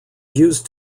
used